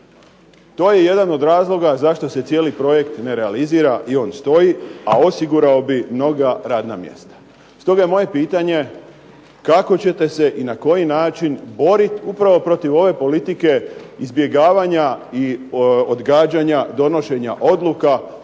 To je jedan od razloga zašto se cijeli projekt ne realizira i on stoji a osigurao bi mnoga radna mjesta. Stoga je moje pitanje kako ćete se i na koji način boriti upravo protiv ove politike izbjegavanja i odgađanja donošenja odluka